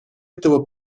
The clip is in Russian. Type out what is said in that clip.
этого